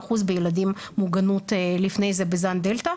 ה-95% מוגנות בילדים לפני זה בזן הדלתא.